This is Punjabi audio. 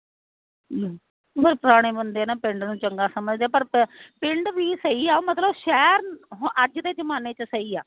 ਹਾਂ ਫਿਰ ਪੁਰਾਣੇ ਬੰਦੇ ਨਾ ਪਿੰਡ ਨੂੰ ਚੰਗਾ ਸਮਝਦੇ ਪਰ ਪਿੰਡ ਵੀ ਸਹੀ ਆ ਮਤਲਬ ਸ਼ਹਿਰ ਅੱਜ ਦੇ ਜ਼ਮਾਨੇ 'ਚ ਸਹੀ ਆ